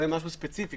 זה משהו ספציפי.